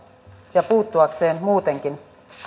ja puuttuakseen muutenkin